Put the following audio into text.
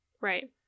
Right